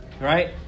Right